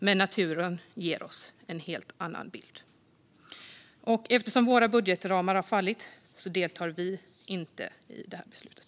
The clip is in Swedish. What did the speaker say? Men naturen ger oss en helt annan bild. Eftersom våra budgetramar har fallit deltar vi inte i beslutet.